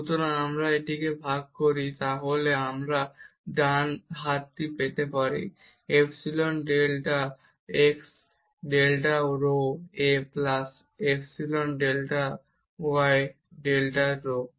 সুতরাং যদি আমরা এটি ভাগ করি তাহলে আমরা ডানদিকে আমরা epsilon delta x delta rho a plus epsilon delta y delta rho পাবো